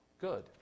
good